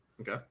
Okay